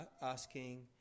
asking